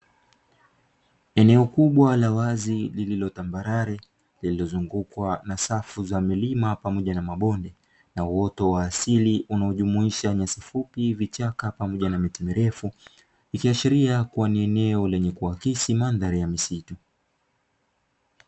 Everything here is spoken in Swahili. Eneo kubwa la wazi lililo tambarare lililozungukwa na safu za milima pamoja na mabonde na uoto wa asili unaojumuisha nyasi fupi, vichaka pamoja na miti mirefu, ikiashiria kuwa ni eneo lenye kuakisi mandhari ya misitu.